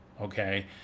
okay